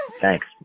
thanks